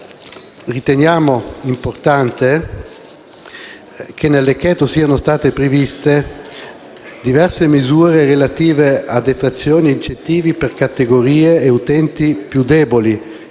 Riteniamo importante che nel decreto-legge siano state previste diverse misure relative a detrazioni e incentivi per categorie e utenti più deboli: